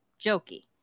Jokey